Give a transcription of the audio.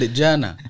jana